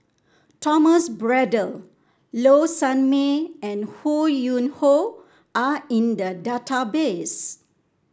Thomas Braddell Low Sanmay and Ho Yuen Hoe are in the database